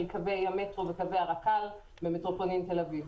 קווי המטרו והרק"ל במטרופולין תל-אביב.